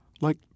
Like